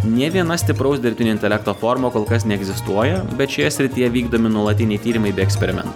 nė viena stipraus dirbtinio intelekto forma kol kas neegzistuoja bet šioje srityje vykdomi nuolatiniai tyrimai bei eksperimentai